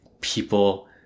people